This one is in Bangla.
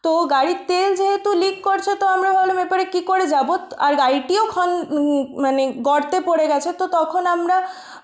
তো গাড়ির তেল যেহেতু লিক করছে তো আমরা ভাবলাম এরপরে কী করে যাবোত আর গাড়িটিও খন মানে গর্তে পড়ে গেছে তো তখন আমরা